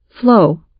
flow